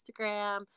Instagram